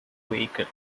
vehicle